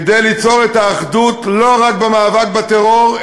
כדי ליצור את האחדות לא רק במאבק בטרור,